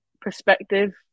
perspective